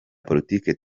politiki